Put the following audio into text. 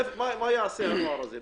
מה יעשה הנוער הזה?